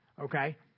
okay